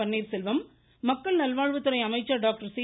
பன்னீர்செல்வம் மக்கள் நல்வாழ்வுத்துறை அமைச்சர் டாக்டர் சி